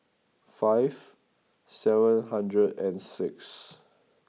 five seven hundred and six